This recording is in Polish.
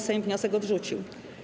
Sejm wniosek odrzucił.